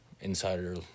insider